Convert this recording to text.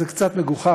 זה קצת מגוחך,